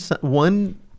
one